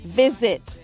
visit